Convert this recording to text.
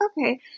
Okay